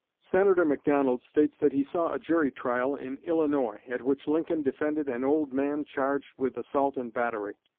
senator mcdonald states that he saw a jury trial in illinois, at which lincoln defended an old man charged with assault and battery.